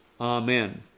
Amen